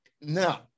now